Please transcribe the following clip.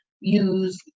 use